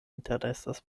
interesas